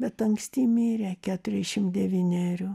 bet anksti mirė keturiasdešim devynerių